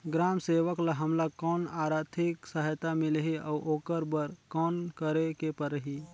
ग्राम सेवक ल हमला कौन आरथिक सहायता मिलही अउ ओकर बर कौन करे के परही?